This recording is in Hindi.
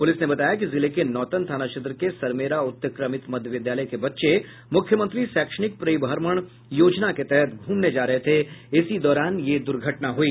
पूलिस ने बताया कि जिले के नौतन थाना क्षेत्र के सरमेरा उत्क्रमित मध्य विद्यालय के बच्चे मुख्यमंत्री शैक्षणिक परिभ्रमण योजना के तहत घूमने जा रहे थे इसी दौरान ये दुर्घटना हुई